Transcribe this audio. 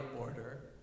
order